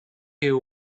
you